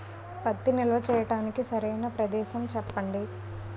పత్తి నిల్వ చేయటానికి సరైన ప్రదేశం చెప్పండి?